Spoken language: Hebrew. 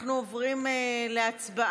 אנחנו עוברים להצבעה.